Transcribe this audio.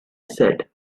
said